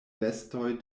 vestoj